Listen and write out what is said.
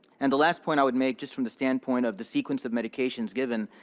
and the last point i would make, just from the standpoint of the sequence of medications given,